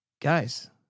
guys